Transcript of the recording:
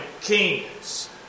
kings